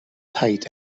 paid